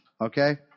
Okay